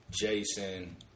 Jason